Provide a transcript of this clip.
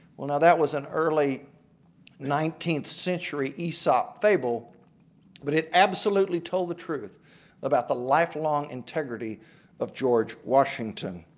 will ah that was an early nineteenth century aesop fable but it absolutely told the truth about the lifelong integrity of george washington.